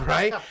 Right